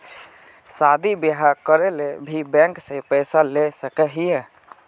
शादी बियाह करे ले भी बैंक से पैसा ला सके हिये?